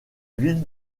ville